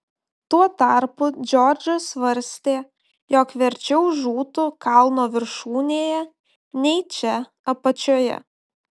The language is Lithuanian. tuo tarpu džordžas svarstė jog verčiau žūtų kalno viršūnėje nei čia apačioje